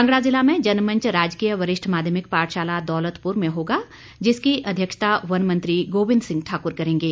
कांगड़ा जिला में जनमंच राजकीय वरिष्ठ माध्यमिक पाठशाला दौलतपुर में होगा जिसकी अध्यक्षता वन मंत्री गोविंद सिंह ठाकुर करेंगे